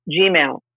Gmail